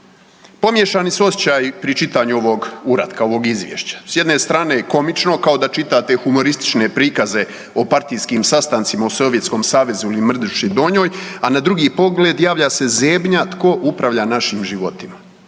Pomiješani su osjećaji pri čitanju ovog uratka, ovog izvješća. S jedne strane je komično kao da čitate humoristične prikaze o partijskim sastancima u Sovjetskom Savezu ili Mrduši Donjoj, a na drugi pogled javlja se zebnja tko upravlja našim životima.